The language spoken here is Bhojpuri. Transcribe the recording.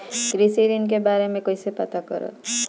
कृषि ऋण के बारे मे कइसे पता करब?